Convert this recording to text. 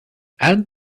add